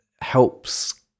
helps